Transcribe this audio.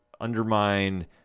undermine